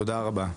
תודה רבה.